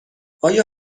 آیا